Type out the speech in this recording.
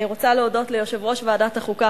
אני רוצה להודות ליושב-ראש ועדת החוקה,